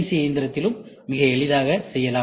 C இயந்திரத்திலும்மிக எளிதாக செய்யலாம்